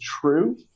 true